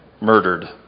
murdered